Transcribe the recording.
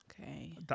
Okay